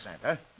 Santa